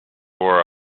were